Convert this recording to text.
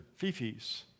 Fifis